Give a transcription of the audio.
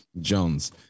Jones